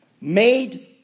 made